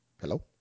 Hello